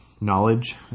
knowledge